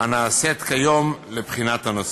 הנעשית כיום לבחינת הנושא.